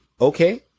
okay